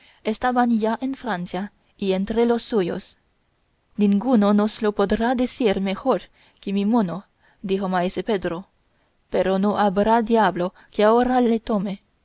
estaban ya en francia y entre los suyos ninguno nos lo podrá decir mejor que mi mono dijo maese pedro pero no habrá diablo que ahora le tome